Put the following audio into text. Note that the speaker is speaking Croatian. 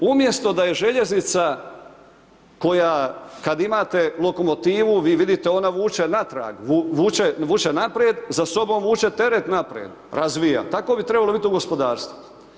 Umjesto da je željeznica koja kada imate lokomotivu vi vidite ona vuče naprijed, za sobom vuče teret naprijed, razvija, tako bi trebalo biti u gospodarstvu.